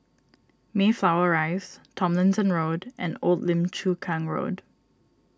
Mayflower Rise Tomlinson Road and Old Lim Chu Kang Road